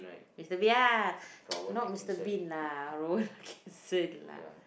Mister-Bean ya not Mister-Bean lah Rowan-Atkinson lah